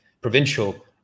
provincial